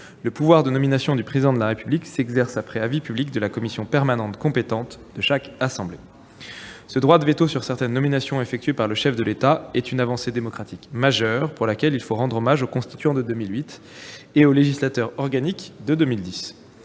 le pouvoir de nomination du Président de la République s'exerce après avis public de la commission permanente compétente de chaque assemblée ». Ce droit de veto sur certaines nominations décidées par le chef de l'État est une avancée démocratique majeure, pour laquelle il faut rendre hommage au Constituant de 2008 et au législateur organique de 2010.